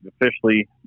officially